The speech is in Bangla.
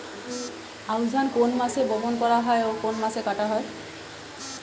আউস ধান কোন মাসে বপন করা হয় ও কোন মাসে কাটা হয়?